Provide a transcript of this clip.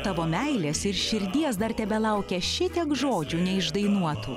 tavo meilės ir širdies dar tebelaukia šitiek žodžių neišdainuotų